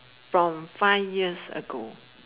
from five years ago